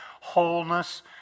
Wholeness